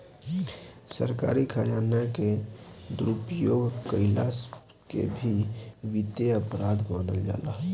सरकारी खजाना के दुरुपयोग कईला के भी वित्तीय अपराध मानल जाला